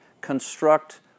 construct